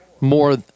more